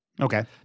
Okay